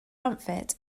outfit